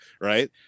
right